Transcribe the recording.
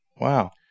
Wow